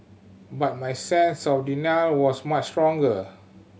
but my sense of denial was much stronger